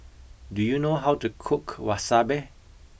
do you know how to cook Wasabi